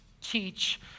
teach